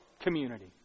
community